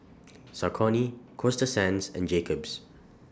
Saucony Coasta Sands and Jacob's